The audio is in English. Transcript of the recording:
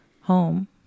home